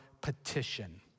petition